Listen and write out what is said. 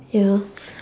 ya